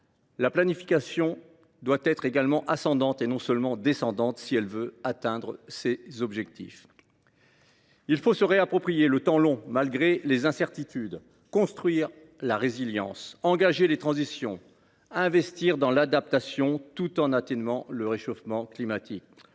La planification doit être également ascendante et non pas seulement descendante si elle veut atteindre ses objectifs. Il faut se réapproprier le temps long malgré les incertitudes, construire la résilience, engager les transitions, investir dans l’adaptation tout en atténuant le réchauffement climatique.